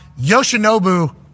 Yoshinobu